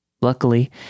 Luckily